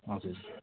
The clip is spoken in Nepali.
हजुर